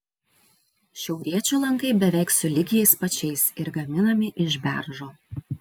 šiauriečių lankai beveik sulig jais pačiais ir gaminami iš beržo